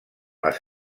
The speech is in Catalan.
les